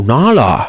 Nala